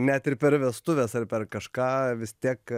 net ir per vestuves ar per kažką vis tiek